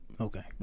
Okay